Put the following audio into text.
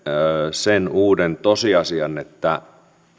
sen uuden tosiasian että